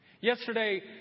Yesterday